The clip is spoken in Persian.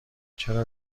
چرا